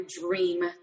dream